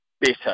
better